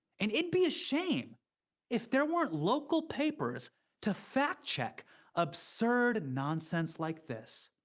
and it'd be a shame if there weren't local papers to fact-check absurd nonsense like this.